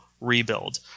rebuild